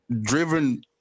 driven